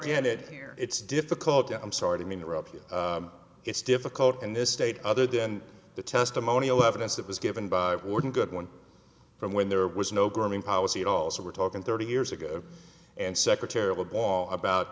here it's difficult i'm sorry to interrupt you it's difficult in this state other than the testimonial evidence that was given by a warden good one from when there was no grooming policy at all so we're talking thirty years ago and secretarial ball about